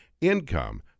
Income